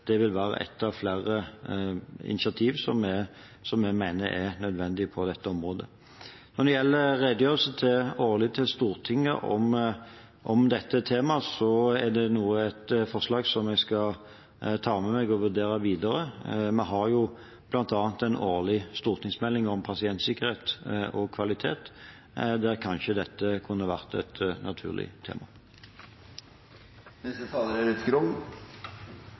Det vil være ett av flere initiativ som vi mener er nødvendig på dette området. Når det gjelder den årlige redegjørelsen til Stortinget om dette tema, er det nå et forslag som jeg skal ta med meg og vurdere videre. Vi har bl.a. en årlig stortingsmelding om pasientsikkerhet og kvalitet der dette kanskje kunne vært et naturlig